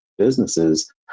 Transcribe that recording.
businesses